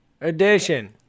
edition